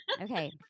Okay